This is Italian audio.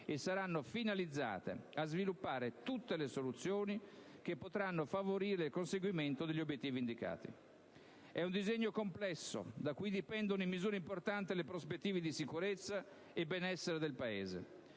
e saranno finalizzate a sviluppare tutte le soluzioni che potranno favorire il conseguimento degli obiettivi indicati. È di un disegno complesso, da cui dipendono in misura importante le prospettive di sicurezza e benessere del Paese.